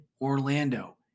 Orlando